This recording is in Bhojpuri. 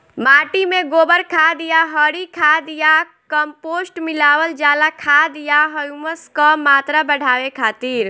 माटी में गोबर खाद या हरी खाद या कम्पोस्ट मिलावल जाला खाद या ह्यूमस क मात्रा बढ़ावे खातिर?